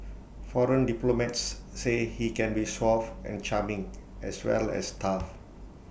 foreign diplomats say he can be suave and charming as well as tough